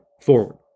forward